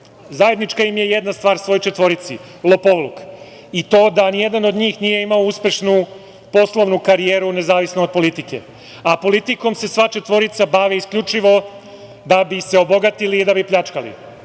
Zajednička im je jedna stvar svoj četvorici – lopovluk, kao i to da ni jedan od njih nije imao uspešnu poslovnu karijeru nezavisno od politike. Politikom se sva četvorica bave isključivo da bi se obogatili i da bi pljačkali. Počnimo